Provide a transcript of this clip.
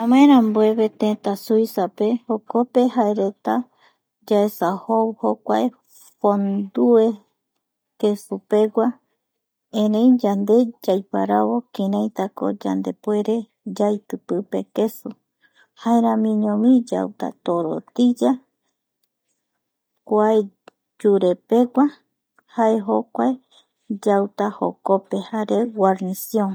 Ñamaerambueve teta Suiza pe jokope jaereta yaesa jou jokuae bondue kesupegua erei yande yaiparavo kiraitako kiraitako yandepuere yaiti pipe kesu jaeramiñovi yauta torotiya kua churepegua jae jokuae yauta jokope jare guarnición